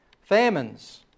Famines